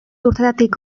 urtetatik